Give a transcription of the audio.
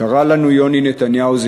קרא לנו יוני נתניהו,